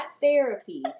therapy